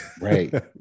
Right